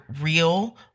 real